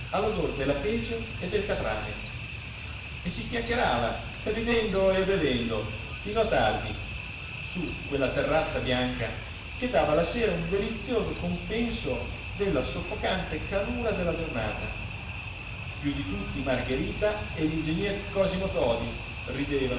all'odor della pece e del catrame e si chiacchierava ridendo e bevendo fino a tardi su quella terrazza bianca che dava la sera un delizioso compenso della soffocante calura della giornata più di tutti margherita e l'ingegner cosimo todi ridevano